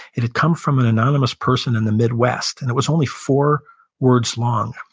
it had come from an anonymous person in the midwest and it was only four words long.